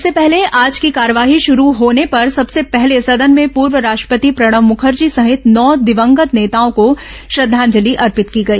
इससे पहले आज की कार्यवाही शुरू होने पर सबसे पहले सदन में पूर्व राष्ट्रपति प्रणब मुखर्जी सहित नौ दिवंगत नेताओं को श्रद्धांजलि अर्पित की गई